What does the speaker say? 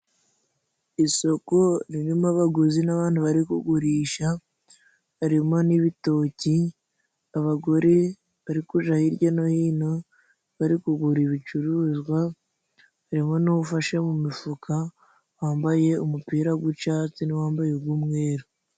Isoko ririmo abaguzi n'abantu bari kugurisha, harimo n'ibitoki, abagore bari kuja hirya no hino bari kugura ibicuruzwa. Harimo n'ufashe mu mifuka wambaye umupira gw'icatsi n'uwambaye ug'umweruru.